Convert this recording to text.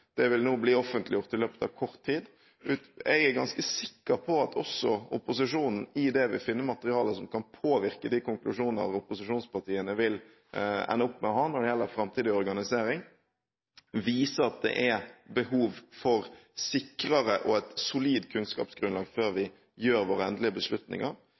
Det vil nå bli offentliggjort i løpet av kort tid. Jeg er ganske sikker på at også opposisjonen i det vil finne materiale som kan påvirke de konklusjoner opposisjonspartiene vil ende opp med å ha når det gjelder framtidig organisering, og som viser at det er behov for sikrere og et solid kunnskapsgrunnlag før vi tar endelige beslutninger.